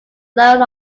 loan